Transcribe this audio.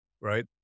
right